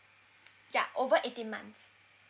ya over eighteen months